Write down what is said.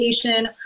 education